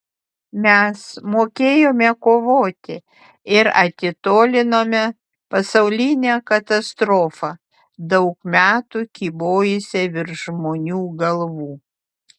mes mokėjome kovoti ir atitolinome pasaulinę katastrofą daug metų kybojusią virš žmonių galvų